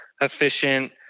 efficient